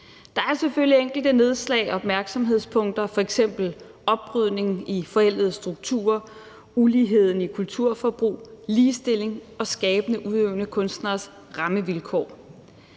Der er selvfølgelig enkelte nedslag og opmærksomhedspunkter, f.eks. oprydning i forældede strukturer, uligheden i kulturforbrug, ligestilling og skabende udøvende kunstneres rammevilkår.